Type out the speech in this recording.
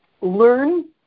learn